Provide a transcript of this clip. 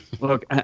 Look